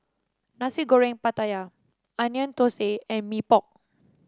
Nasi Goreng Pattaya Onion Thosai and Mee Pok